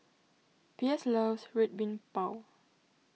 Pierce loves Red Bean Bao